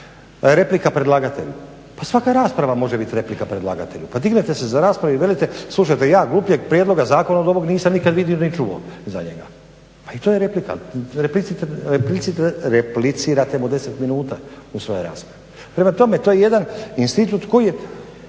Replika predlagatelju, pa svaka rasprava može biti replika predlagatelju, pa dignete se za raspravu i velite slupajte, ja glupljeg prijedloga zakona od ovog nisam nikad vidio ni čuo za njega. Pa i to je replika, replicirate mu 10 minuta u svojoj raspravi. Prema tome, to je jedan institut koji je